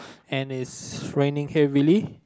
and it's raining heavily